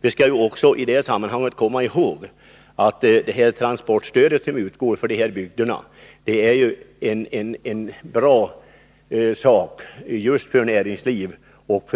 Vi skall i detta sammanhang komma ihåg att det transportstöd som utgår för dessa bygder är en bra sak för näringslivet och